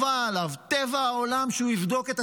חובה עליו,